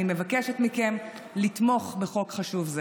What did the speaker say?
אני מבקשת מכם לתמוך בחוק חשוב זה.